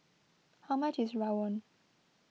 how much is Rawon